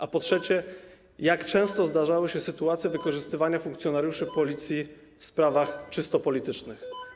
A po trzecie, jak często zdarzały się sytuacje wykorzystywania funkcjonariuszy Policji w sprawach czysto politycznych?